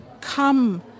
come